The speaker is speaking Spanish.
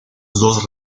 dos